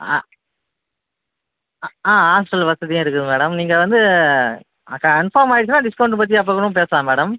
ஆ ஆ ஹாஸ்டல் வசதியும் இருக்குது மேடம் நீங்கள் வந்து கன்ஃபார்ம் ஆகிடுச்சினா டிஸ்கவுண்ட் பற்றி அப்புறம் கூட பேசலாம் மேடம்